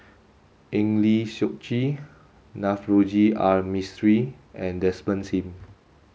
Eng Lee Seok Chee Navroji R Mistri and Desmond Sim